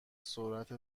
سرعت